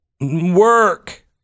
work